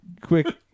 Quick